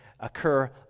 occur